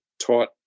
taught